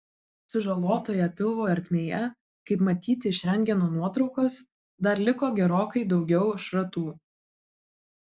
sužalotoje pilvo ertmėje kaip matyti iš rentgeno nuotraukos dar liko gerokai daugiau šratų